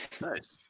Nice